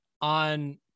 on